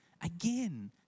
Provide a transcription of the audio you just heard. Again